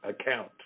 account